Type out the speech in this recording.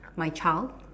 my child